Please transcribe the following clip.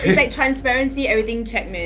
like transparency, everything check.